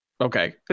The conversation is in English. Okay